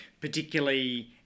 particularly